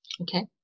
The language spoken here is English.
okay